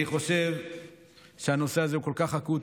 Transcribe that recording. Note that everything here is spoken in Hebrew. אני חושב שהנושא הזה הוא כל כך אקוטי.